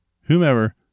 whomever